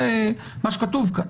זה מה שכתוב כאן.